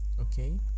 okay